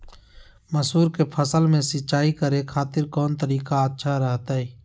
मसूर के फसल में सिंचाई करे खातिर कौन तरीका अच्छा रहतय?